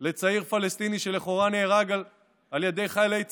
של צעיר פלסטיני שלכאורה נהרג על ידי חיילי צה"ל.